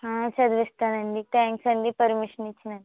చదివిస్తాను అండి థ్యాంక్స్ అండి పర్మిషన్ ఇచ్చినందుకు